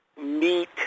meet